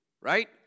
right